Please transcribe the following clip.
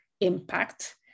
impact